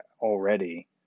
already